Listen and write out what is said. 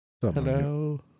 Hello